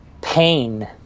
pain